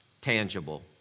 tangible